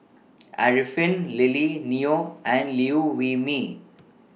Arifin Lily Neo and Liew Wee Mee